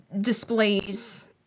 displays